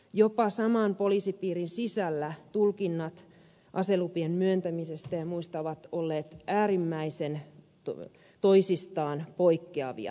jopa saman poliisipiirin sisällä tulkinnat aselupien myöntämisestä ja muista ovat olleet toisistaan äärimmäisen poikkeavia